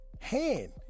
hand